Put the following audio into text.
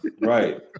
Right